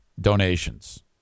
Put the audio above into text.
donations